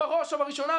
בראש ובראשונה,